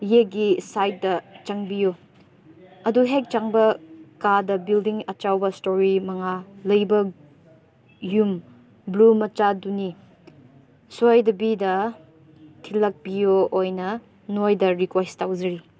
ꯌꯦꯠꯀꯤ ꯁꯥꯏꯠꯇ ꯆꯪꯕꯤꯌꯨ ꯑꯗꯨ ꯍꯦꯛ ꯆꯪꯕ ꯀꯥꯗ ꯕꯤꯜꯗꯤꯡ ꯑꯆꯧꯕ ꯏꯁꯇꯣꯔꯤ ꯃꯉꯥ ꯂꯩꯕ ꯌꯨꯝ ꯕ꯭ꯂꯨ ꯃꯆꯥꯗꯨꯅꯤ ꯁꯣꯏꯗꯕꯤꯗ ꯊꯤꯜꯂꯛꯄꯤꯌꯨ ꯑꯣꯏꯅ ꯅꯣꯏꯗ ꯔꯤꯀ꯭ꯋꯦꯁ ꯇꯧꯖꯔꯤ